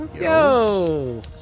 Yo